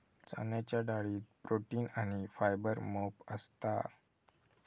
चण्याच्या डाळीत प्रोटीन आणी फायबर मोप असता